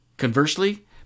Conversely